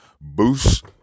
boost